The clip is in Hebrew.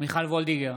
מיכל מרים וולדיגר,